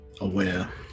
aware